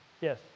yes